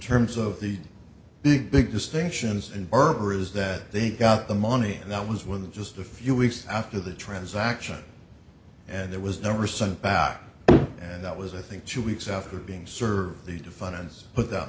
terms of the big big distinctions in berber is that they got the money and that was with just a few weeks after the transaction and there was no recent back and that was i think two weeks after being served the divine ends put that